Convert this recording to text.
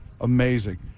Amazing